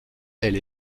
elle